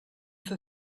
für